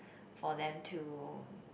for them to